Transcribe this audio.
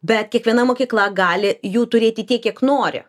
bet kiekviena mokykla gali jų turėti tiek kiek nori